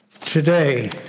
today